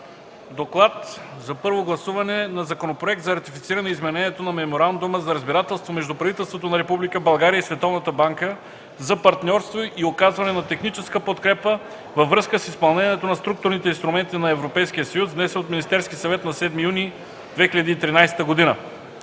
„ДОКЛАД за първо гласуване на Законопроект за ратифициране Изменението на Меморандума за разбирателство между правителството на Република България и Световната банка за партньорство и оказване на техническа подкрепа във връзка с изпълнението на Структурните инструменти на Европейския съюз, внесен от Министерския съвет на 7 юни 2013 г.